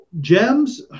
gems